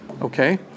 okay